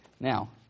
Now